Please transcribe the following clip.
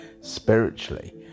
spiritually